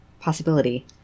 possibility